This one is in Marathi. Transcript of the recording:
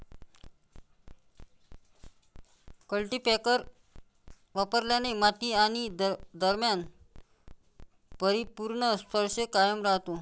कल्टीपॅकर वापरल्याने माती आणि दरम्यान परिपूर्ण स्पर्श कायम राहतो